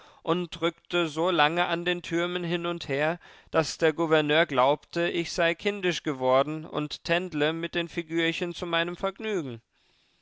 und rückte so lange an den türmen hin und her daß der gouverneur glaubte ich sei kindisch geworden und tändle mit den figürchen zu meinem vergnügen